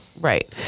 Right